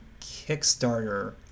Kickstarter